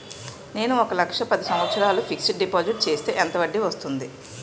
నేను ఒక లక్ష పది సంవత్సారాలు ఫిక్సడ్ డిపాజిట్ చేస్తే ఎంత వడ్డీ వస్తుంది?